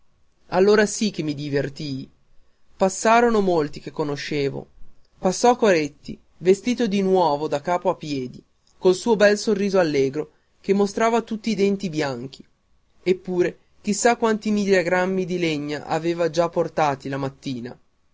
allora sì che mi divertii passarono molti che conoscevo passò coretti vestito di nuovo da capo a piedi col suo bel sorriso allegro che mostrava tutti i denti bianchi eppure chi sa quanti miriagrammi di legna aveva già portati la mattina